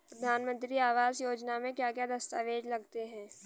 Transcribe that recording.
प्रधानमंत्री आवास योजना में क्या क्या दस्तावेज लगते हैं?